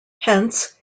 hence